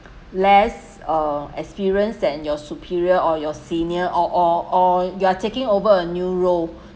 less uh experienced than your superior or your senior or or or you are taking over a new role